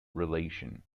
relation